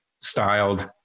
styled